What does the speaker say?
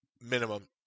minimum